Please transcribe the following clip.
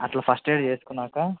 అట్ల first aid చేసుకున్నాక